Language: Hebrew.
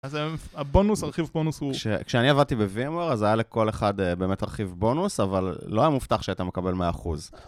אז הבונוס, הרכיב בונוס הוא... כשאני עבדתי בווימוור, אז היה לכל אחד באמת רכיב בונוס, אבל לא היה מובטח שאתה מקבל 100%.